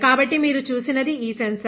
కాబట్టి మీరు చూసినది ఈ సెన్సార్